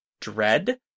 dread